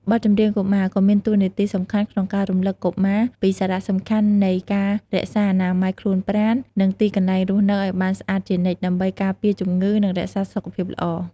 បទចម្រៀងកុមារក៏មានតួនាទីសំខាន់ក្នុងការរំលឹកកុមារពីសារៈសំខាន់នៃការរក្សា អនាម័យខ្លួនប្រាណ និងទីកន្លែងរស់នៅឲ្យបានស្អាតជានិច្ច ដើម្បីការពារជំងឺ និងរក្សាសុខភាពល្អ។